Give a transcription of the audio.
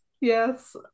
Yes